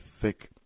thick